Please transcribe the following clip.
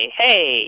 hey